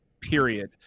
Period